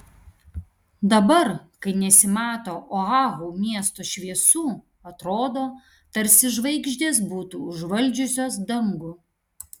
dabar kai nesimato oahu miesto šviesų atrodo tarsi žvaigždės būtų užvaldžiusios dangų